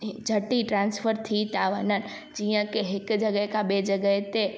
झटि ई ट्रांसफर थी था वञनि जीअं की हिकु जॻह खां ॿिए जॻह ते